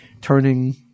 turning –